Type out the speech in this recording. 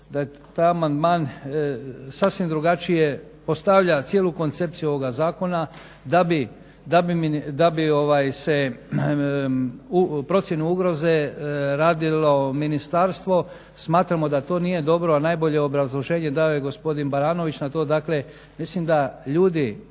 da je taj amandman sasvim drugačije postavlja cijelu koncepciju ovog Zakona da bi procjenu ugroze radilo ministarstvo. Smatramo da to nije dobro, a najbolje obrazloženje dao je gospodin Baranović na to. Dakle, mislim da ljudi